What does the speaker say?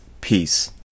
Peace